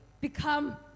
become